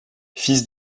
fils